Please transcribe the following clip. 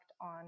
on